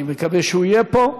אני מקווה שהוא יהיה פה,